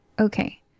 Okay